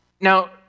Now